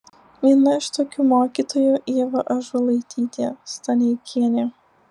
viena iš tokių mokytojų ieva ąžuolaitytė staneikienė